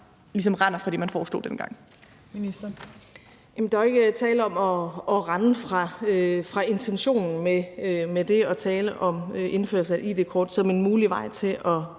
render fra det, man foreslog dengang.